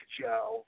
Joe